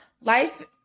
life